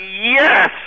yes